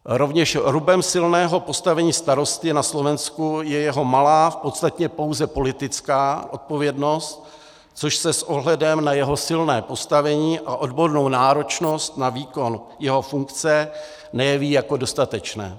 Rovněž rubem silného postavení starosty na Slovensku je jeho malá, v podstatě pouze politická odpovědnost, což se s ohledem na jeho silné postavení a odbornou náročnost na výkon jeho funkce nejeví jako dostatečné.